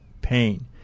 pain